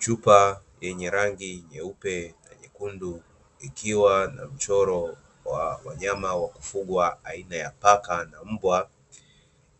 Chupa yenye rangi nyeupe na nyekundu, ikiwa na mchoro wa wanyama wa kufugwa aina ya paka na mbwa,